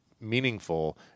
meaningful